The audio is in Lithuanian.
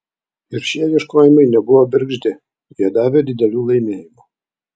ir šie ieškojimai nebuvo bergždi jie davė didelių laimėjimų